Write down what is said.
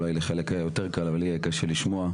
אולי לחלק היה יותר קל אבל לי היה קשה לשמוע.